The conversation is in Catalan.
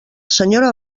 senyora